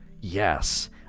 yes